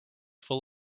full